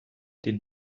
den